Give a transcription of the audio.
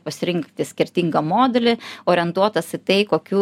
pasirinkti skirtingą modelį orientuotas į tai kokių